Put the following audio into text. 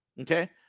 Okay